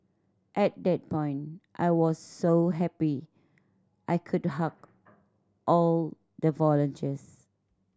at that point I was so happy I could hug all the volunteers